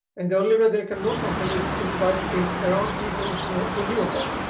and the only way they can know something is is by being around people who knew about it.